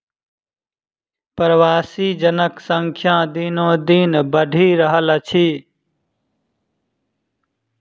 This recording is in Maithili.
प्रवासी जनक संख्या दिनोदिन बढ़ि रहल अछि